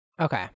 Okay